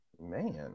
man